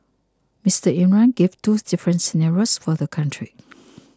Mister Imran gave two different scenarios for the country